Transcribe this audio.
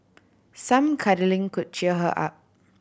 some cuddling could cheer her up